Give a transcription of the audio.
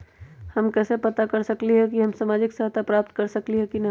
हम कैसे पता कर सकली ह की हम सामाजिक सहायता प्राप्त कर सकली ह की न?